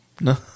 No